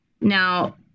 Now